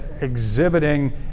exhibiting